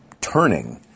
turning